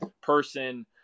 person